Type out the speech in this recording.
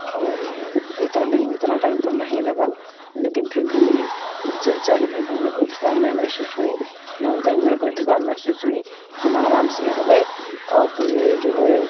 और उतरने में उतना टाइम तो नहीं लगा लेकिन फिर भी चढ़ने में हमें कोई थकान नहीं महसूस हुई न उतरने में कोई थकान महसूस हुई हम आराम से आ गए और फिर जो है